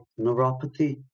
neuropathy